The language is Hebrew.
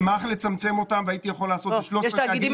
אני אשמח לצמצם אותם והייתי יכול לעשות 13 תאגידים.